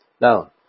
now